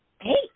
Hey